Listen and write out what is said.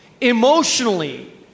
emotionally